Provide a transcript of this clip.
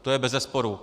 To je bezesporu.